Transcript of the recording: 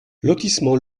lotissement